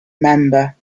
member